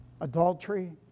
adultery